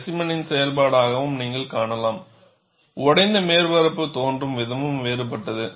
ஸ்பேசிமெனின் செயல்பாடாகவும் நீங்கள் காணலாம் உடைந்த மேற்பரப்பு தோன்றும் விதமும் வேறுபட்டது